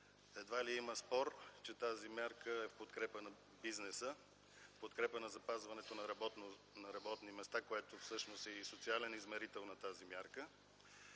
Едва ли има спор, че тази мярка е в подкрепа на бизнеса, в подкрепа на запазването на работни места, което всъщност е и социален измерител на тази мярка.